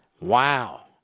Wow